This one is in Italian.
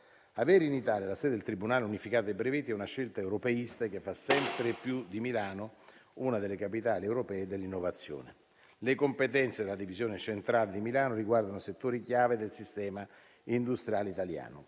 Avere in Italia la sede del tribunale unificato dei brevetti è una scelta europeista che fa sempre più di Milano una delle capitali europee dell'innovazione. Le competenze della divisione centrale di Milano riguardano settori chiave del sistema industriale italiano.